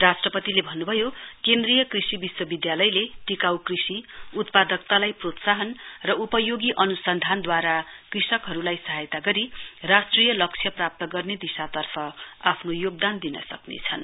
राष्ट्रपतिले भन्न्भयो केन्द्रीय कृषि विश्वविधालयले टिकाउ कृषिउत्पादकतालाई प्रोत्साहन र उपयोगी अन्सन्धानद्वारा कृषकहरुलाई सहायता गरी राष्ट्रिय लक्ष्य प्राप्त गर्ने दिशातर्फ आफ्नो योगदान दिन सक्नेछन्